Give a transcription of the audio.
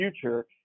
future